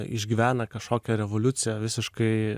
išgyvena kažkokią revoliuciją visiškai